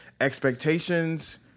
expectations